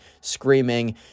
screaming